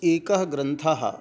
एकः ग्रन्थः